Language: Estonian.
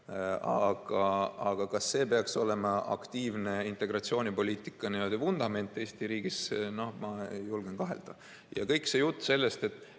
Aga kas see peaks olema aktiivse integratsioonipoliitika vundament Eesti riigis? Ma julgen kahelda. Ja kogu see jutt sellest, et